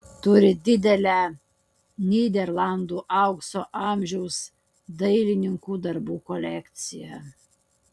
turi didelę nyderlandų aukso amžiaus dailininkų darbų kolekciją